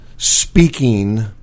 Speaking